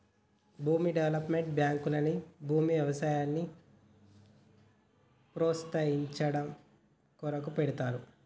భూమి డెవలప్మెంట్ బాంకుల్ని భూమి వ్యవసాయాన్ని ప్రోస్తయించడం కొరకు పెడ్తారు